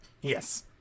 Yes